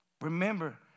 Remember